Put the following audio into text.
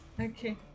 Okay